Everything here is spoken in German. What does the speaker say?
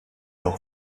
auch